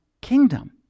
kingdom